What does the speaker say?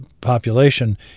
population